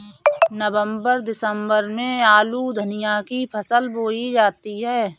नवम्बर दिसम्बर में आलू धनिया की फसल बोई जाती है?